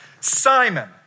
Simon